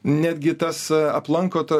netgi tas aplanko ta